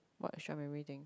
what extra memory thing